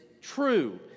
true